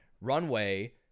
Runway